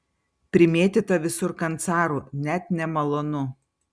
primėtyta visur kancarų net nemalonu